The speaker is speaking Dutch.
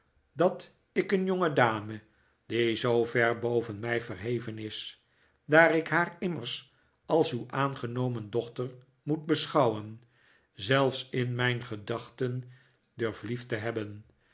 dat ik een jongedame die zoo ver boven mij verheven is daar ik haar immers als uw aangenomen dochter moet beschouwen zelfs in mijn gedachten durf lief te hebben